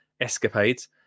escapades